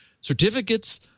certificates